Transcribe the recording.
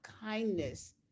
kindness